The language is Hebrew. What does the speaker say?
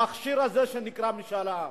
המכשיר הזה, שנקרא משאל עם.